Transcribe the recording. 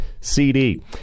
cd